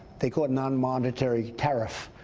they call it nonmonetary tariff.